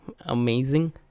amazing